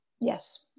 Yes